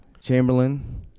chamberlain